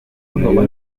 medio